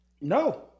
No